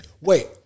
Wait